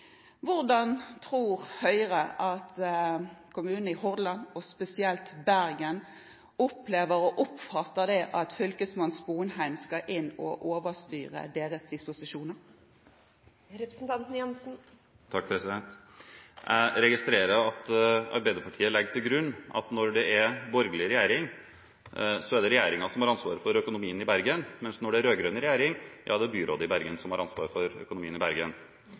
Hvordan tror Høyre at kommunene i Hordaland, og spesielt Bergen, opplever og oppfatter at fylkesmann Sponheim skal inn og overstyre deres disposisjoner? Jeg registrerer at Arbeiderpartiet legger til grunn at når det er borgerlig regjering, er det regjeringen som har ansvaret for økonomien i Bergen, mens når det er rød-grønn regjering, er det byrådet i Bergen som har ansvaret for økonomien i Bergen.